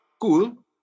Cool